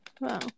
Wow